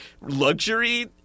luxury